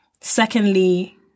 Secondly